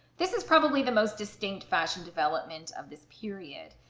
this is probably the most distinct fashion development of this period.